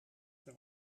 per